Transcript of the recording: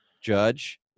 Judge